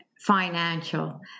financial